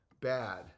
bad